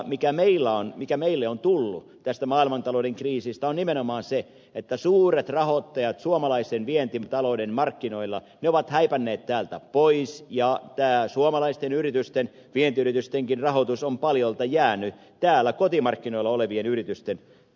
ja se ongelma mikä meille on tullut tästä maailmantalouden kriisistä on nimenomaan se että suuret rahoittajat suomalaisen vientitalouden markkinoilla ovat häipänneet täältä pois ja tämä suomalaisten yritysten vientiyritystenkin rahoitus on paljolti jäänyt täällä kotimarkkinoilla olevien yritysten hoidettavaksi